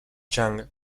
chang